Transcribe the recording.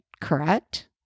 correct